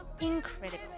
incredible